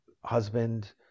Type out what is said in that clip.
husband